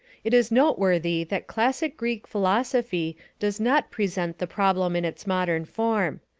it is noteworthy that classic greek philosophy does not present the problem in its modern form.